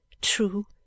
true